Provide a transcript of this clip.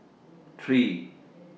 three